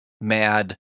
mad